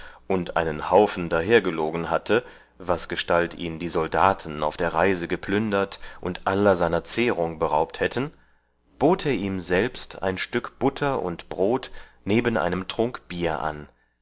und einen haufen dahergelogen hatte wasgestalt ihn die soldaten auf der reise geplündert und aller seiner zehrung beraubt hätten bot er ihm selbst ein stück butter und brot neben einem trunk bier an